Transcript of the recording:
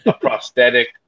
prosthetic